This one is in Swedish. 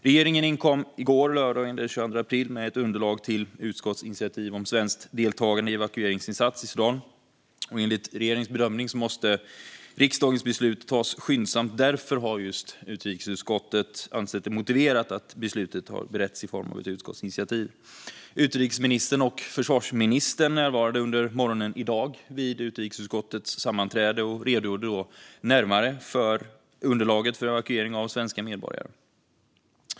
Regeringen inkom i går, lördagen den 22 april, med ett underlag till utskottsinitiativ om svenskt deltagande i evakueringsinsats i Sudan. Enligt regeringens bedömning måste riksdagens beslut tas skyndsamt. Därför har utrikesutskottet ansett det vara motiverat att beslutet har beretts i form av ett utskottsinitiativ. Utrikesministern och försvarsministern närvarade under morgonen i dag vid utrikesutskottets sammanträde och redogjorde närmare för underlaget för evakuering av svenska medborgare.